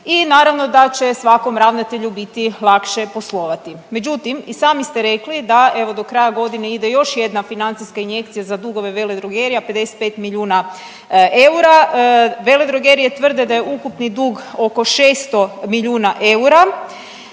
i naravno da će svakom ravnatelju biti lakše poslovati. Međutim i sami ste rekli da evo do kraja godine ide još jedna financijska injekcija za dugove veledrogerija 55 milijuna eura, veledrogerije tvrde da je ukupni dug oko 600 milijuna eura,